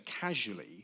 casually